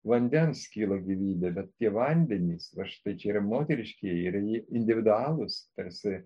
vandens kyla gyvybė bet tie vandenys va štai čia yra moteriškieji ir jie individualūs tarsi